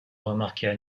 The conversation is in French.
remarquait